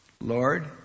Lord